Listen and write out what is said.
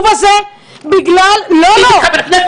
הזה בגלל --- טיבי חבר כנסת ערבי מותר הכול?